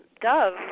dove